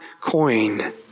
coin